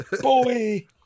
boy